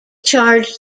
charged